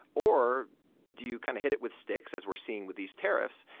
or do you kind of hit it with sticks, as we're seeing with these tariffs,